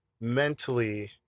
mentally